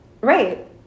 Right